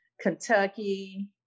Kentucky